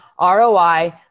ROI